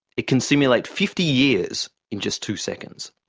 it can simulate fifty years in just two seconds.